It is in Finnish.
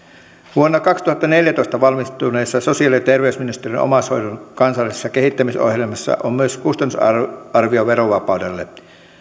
vuonna kaksituhattaneljätoista valmistuneessa sosiaali ja terveysministeriön omaishoidon kansallisessa kehittämisohjelmassa on myös kustannusarvio verovapaudelle